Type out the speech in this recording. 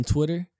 Twitter